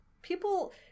People